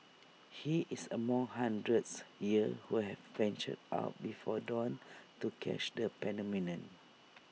he is among hundreds here who have ventured out before dawn to catch the phenomenon